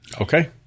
Okay